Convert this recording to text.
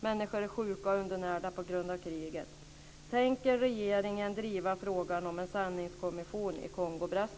Människor är sjuka och undernärda på grund av kriget.